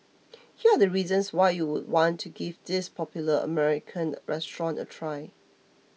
here are the reasons why you would want to give this popular American restaurant a try